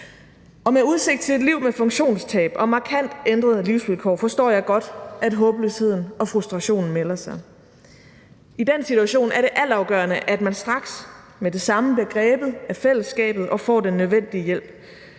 Med udsigt til et liv med funktionstab og markant ændrede livsvilkår forstår jeg godt, at håbløsheden og frustrationen melder sig. I den situation er det altafgørende, at man straks, med det samme, bliver grebet af fællesskabet og får den nødvendige hjælp.